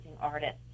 Artists